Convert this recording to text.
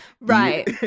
Right